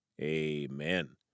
amen